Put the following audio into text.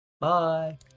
Bye